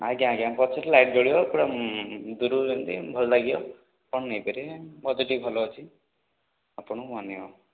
ଆଜ୍ଞା ଆଜ୍ଞା ପଛରେ ଲାଇଟ୍ ଜଳିବ ପୁରା ଦୂରରୁ ଯେମିତି ଭଲ ଲାଗିବ ଆପଣ ନେଇପାରିବେ ବଜେଟ୍ ବି ଭଲ ଅଛି ଆପଣଙ୍କୁ ମାନିବ